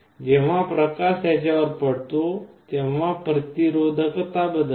जेव्हा प्रकाश त्यांच्यावर पडतो तेव्हा प्रतिरोधकता बदलते